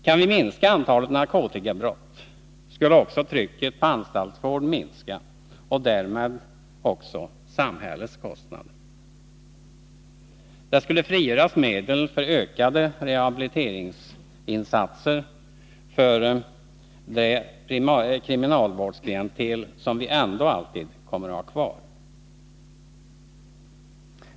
Kan vi minska antalet narkotikabrott, skulle trycket på anstaltsvård minska och därmed också samhällets kostnader. Det skulle frigöras medel för ökade rehabiliteringsinsatser för det kriminalvårdsklientel som vi ändå alltid kommer att ha kvar.